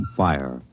fire